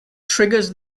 triggers